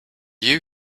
you